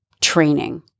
training